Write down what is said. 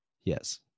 yes